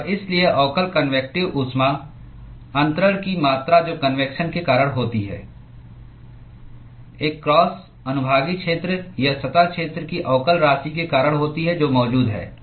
और इसलिए अवकल कन्वेक्टिव ऊष्मा अन्तरण की मात्रा जो कन्वेक्शन के कारण होती है एक क्रॉस अनुभागीय क्षेत्र या सतह क्षेत्र की अवकल राशि के कारण होती है जो मौजूद है